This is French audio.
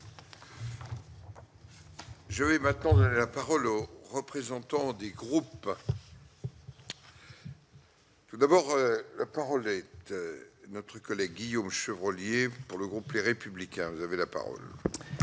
Je vais maintenant la parole au représentant des groupes. Tout d'abord, la parole est notre collègue Guillaume Chevrollier pour le groupe Les Républicains, vous avez la parole. Merci